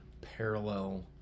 parallel